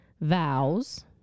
vows